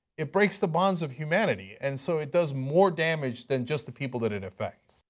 it breaks the bonds of humanity. and so it does more damage than just the people that it effects.